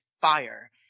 fire